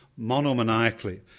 monomaniacally